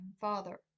father